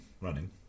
running